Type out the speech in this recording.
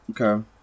Okay